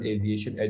Aviation